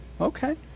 okay